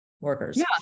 workers